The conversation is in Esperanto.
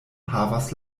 havas